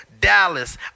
Dallas